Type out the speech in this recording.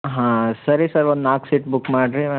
ಹಾಂ ಸರಿ ಸರ್ ಒಂದು ನಾಲ್ಕು ಸೀಟ್ ಬುಕ್ ಮಾಡಿರಿ